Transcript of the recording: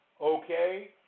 Okay